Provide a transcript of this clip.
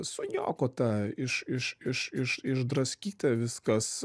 suniokota iš iš iš iš išdraskyta viskas